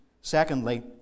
secondly